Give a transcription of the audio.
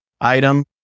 item